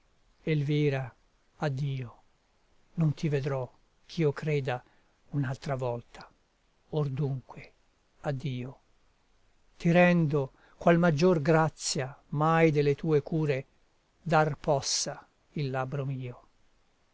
elvira addio non ti vedrò ch'io creda un'altra volta or dunque addio ti rendo qual maggior grazia mai delle tue cure dar possa il labbro mio